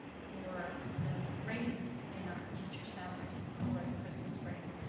for the raises in our teacher salaries before the christmas break,